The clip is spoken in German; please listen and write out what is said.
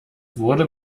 wurden